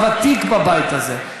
אתה ותיק בבית הזה,